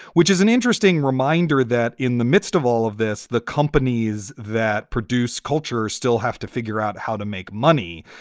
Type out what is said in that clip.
which is an interesting reminder that in the midst of all of this, the companies that produce culture still have to figure out how to make money.